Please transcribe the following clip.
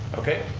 okay.